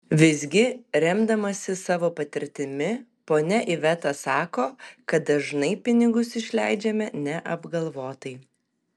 visgi remdamasi savo patirtimi ponia iveta sako kad dažnai pinigus išleidžiame neapgalvotai